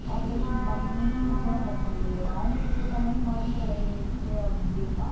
operation பண்ணி குணப்படுத்த முடியாது அவங்களுக்கு ஏற்ற மாதிரி மருந்து விலைகள் இருக்குது அப்படின்னா